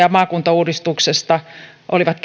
ja maakuntauudistuksesta olivat